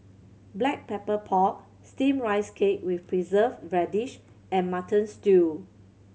Black Pepper Pork Steamed Rice Cake with Preserved Radish and Mutton Stew